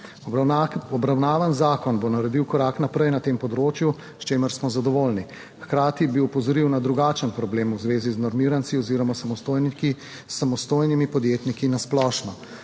Obravnavan zakon bo naredil korak naprej na tem področju, s čimer smo zadovoljni. Hkrati bi opozoril na drugačen problem v zvezi z normiranci oziroma samostojni, s samostojnimi podjetniki na splošno.